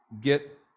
get